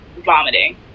vomiting